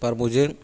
پر مجھے